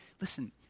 listen